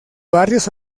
barrios